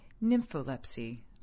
Nympholepsy